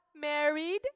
married